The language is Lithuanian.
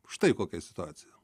štai kokia situacija